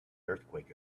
earthquake